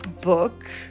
book